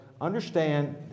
understand